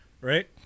Right